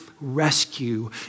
rescue